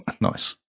Nice